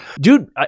dude